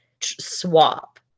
swap